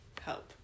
help